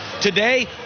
Today